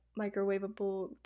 microwavable